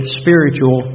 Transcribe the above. spiritual